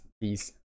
Please